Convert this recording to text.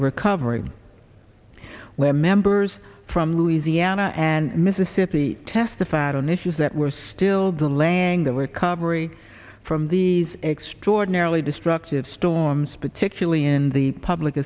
recovery where members from louisiana and mississippi testified on issues that were still delaying the recovery from these extraordinarily destructive storms particularly in the public